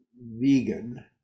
vegan